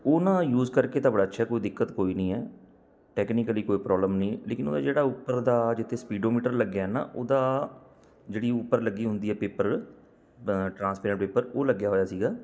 ਉਹ ਨਾ ਯੂਜ ਕਰਕੇ ਤਾਂ ਬੜਾ ਅੱਛਾ ਕੋਈ ਦਿੱਕਤ ਕੋਈ ਨਹੀਂ ਹੈ ਟੈਕਨੀਕਲੀ ਕੋਈ ਪ੍ਰੋਬਲਮ ਨਹੀਂ ਲੇਕਿਨ ਉਹਦਾ ਜਿਹੜਾ ਉੱਪਰ ਦਾ ਜਿੱਥੇ ਸਪੀਡੋਮੀਟਰ ਲੱਗਿਆ ਨਾ ਉਹਦਾ ਜਿਹੜੀ ਉੱਪਰ ਲੱਗੀ ਹੁੰਦੀ ਹੈ ਪੇਪਰ ਟਰਾਂਸਪੇਰੈਂਟ ਪੇਪਰ ਉਹ ਲੱਗਿਆ ਹੋਇਆ ਸੀਗਾ